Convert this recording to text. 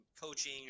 coaching